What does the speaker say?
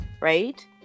right